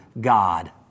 God